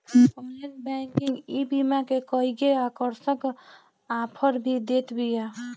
online banking ईबीमा के कईगो आकर्षक आफर भी देत बिया